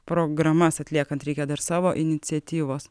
programas atliekant reikia dar savo iniciatyvos